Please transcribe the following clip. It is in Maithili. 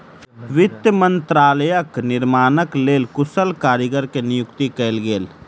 वित्त मंत्रालयक निर्माणक लेल कुशल कारीगर के नियुक्ति कयल गेल